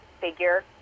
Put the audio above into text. figure